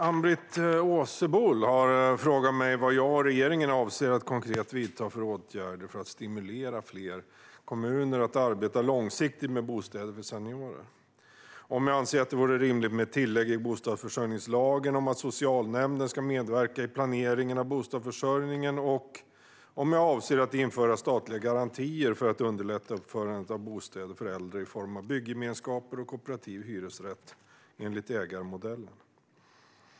Ann-Britt Åsebol har frågat mig vad jag och regeringen avser att konkret vidta för åtgärder för att stimulera fler kommuner att arbeta långsiktigt med bostäder för seniorer, om jag anser att det vore rimligt med ett tillägg i bostadsförsörjningslagen om att socialnämnden ska medverka i planeringen av bostadsförsörjningen och om jag avser att införa statliga garantier för att underlätta uppförandet av bostäder för äldre i form av byggemenskaper och kooperativ hyresrätt enligt ägarmodellen.